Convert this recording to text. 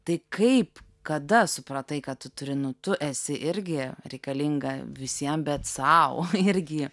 tai kaip kada supratai kad tu turi nu tu esi irgi reikalinga visiem bet sau irgi